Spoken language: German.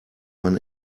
man